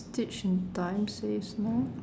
stitch in time saves nine